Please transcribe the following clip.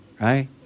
right